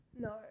no